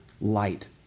light